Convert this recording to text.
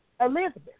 Elizabeth